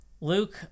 Luke